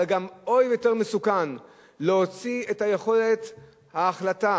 אבל עוד יותר מסוכן להוציא את יכולת ההחלטה